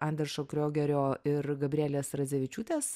anderšo kriogerio ir gabrielės radzevičiūtės